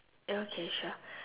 okay sure